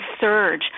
surge